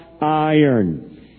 iron